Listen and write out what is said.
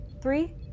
Three